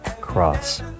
Cross